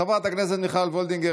חברת הכנסת מיכל וולדיגר,